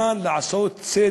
לעשות.